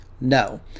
No